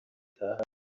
bataha